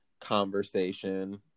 conversation